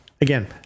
Again